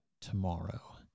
tomorrow